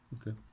Okay